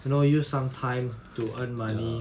know use some time to earn money